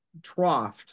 troughed